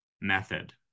method